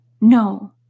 No